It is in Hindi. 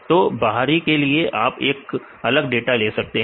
तो बाहरी के लिए आप एक अलग डाटा ले सकते हैं